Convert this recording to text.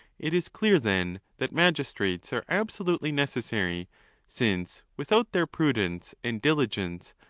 it is clear, then, that magistrates are absolutely necessary since, without their prudence and diligence,